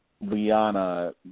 Liana